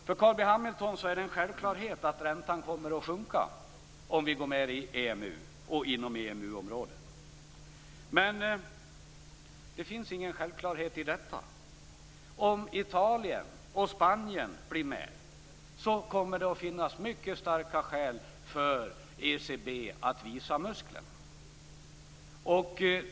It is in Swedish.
För Carl B Hamilton är det en självklarhet att räntan kommer att sjunka inom EMU-området om vi går med i EMU, men det finns ingen självklarhet i detta. Om Italien och Spanien går med kommer det att finnas mycket starka skäl för ECB att visa musklerna.